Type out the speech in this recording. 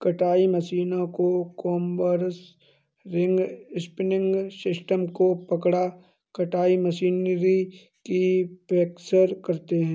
कताई मशीनों को कॉम्बर्स, रिंग स्पिनिंग सिस्टम को कपड़ा कताई मशीनरी की पेशकश करते हैं